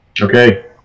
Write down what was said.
Okay